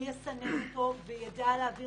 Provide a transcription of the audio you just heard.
הוא יסנן אותו ויידע להעביר